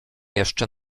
jeszcze